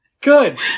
Good